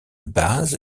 bases